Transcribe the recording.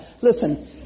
Listen